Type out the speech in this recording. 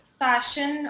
fashion